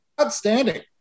Outstanding